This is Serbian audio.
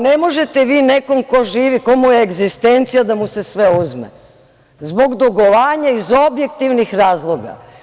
Ne možete vi nekom ko živi, ko me je egzistencija da mu se sve uzme zbog dugovanja iz objektivnih razloga.